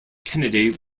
kennedy